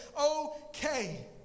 okay